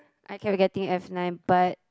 I kept getting F nine but